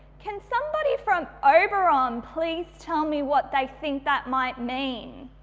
can somebody from oberon please tell me what they think that might mean?